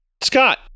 Scott